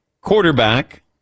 Quarterback